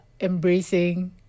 embracing